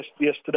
yesterday